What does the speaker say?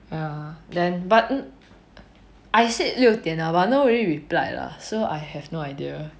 ya but I said 六点 lah but nobody replied lah so I have no idea